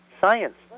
science